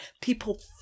people